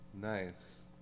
Nice